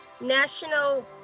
National